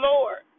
Lord